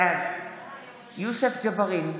בעד יוסף ג'בארין,